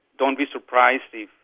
don't be surprised if